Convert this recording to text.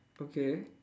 okay